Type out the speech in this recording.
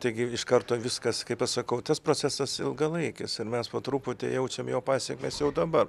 taigi iš karto viskas kaip aš sakau tas procesas ilgalaikis ir mes po truputį jaučiam jo pasekmes jau dabar